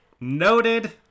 noted